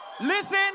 Listen